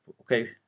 okay